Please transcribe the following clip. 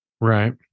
right